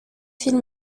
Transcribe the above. film